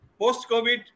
Post-COVID